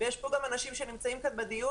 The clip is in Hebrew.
ויש פה גם אנשים שנמצאים כאן בדיון,